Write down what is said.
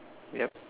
yup